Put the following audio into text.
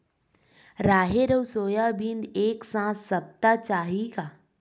राहेर अउ सोयाबीन एक साथ सप्ता चाही का?